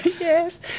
Yes